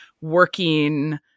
working